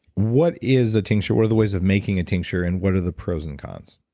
what is a tincture, what are the ways of making a tincture and what are the pros and cons?